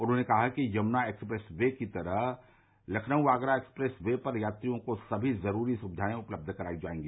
उन्होंने कहा कि यमुना एक्सप्रेस ये की तरह लखनऊ आगरा एक्सप्रेस वे पर यात्रियों को सभी ज़रूरी सुविधाए उपलब्ध कराई जायेंगी